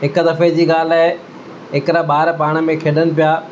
हिक दफ़े जी ॻाल्हि आहे हिकिड़ा ॿार पाण में खेॾनि पिया